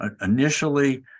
initially